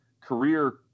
Career